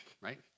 right